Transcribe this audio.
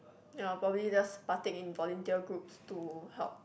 ya probably just partake in volunteer groups to help